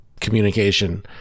communication